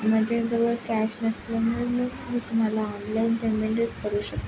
माझ्याजवळ कॅश नसल्यामुळे मी तुम्हाला ऑनलाईन पेमेंटच करू शकते